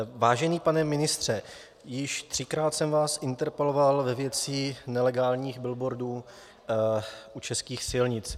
Vážený pane ministře, již třikrát jsem vás interpeloval ve věci nelegálních billboardů u českých silnic.